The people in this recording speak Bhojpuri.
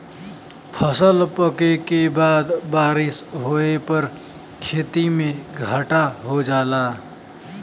फसल पके के बाद बारिस होए पर खेती में घाटा हो जाला